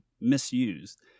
misused